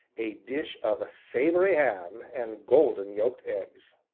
a dish of savory ham and golden-yolked eggs.